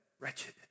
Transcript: wretched